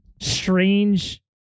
strange